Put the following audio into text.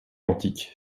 antique